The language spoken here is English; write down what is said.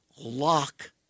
lock